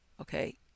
okay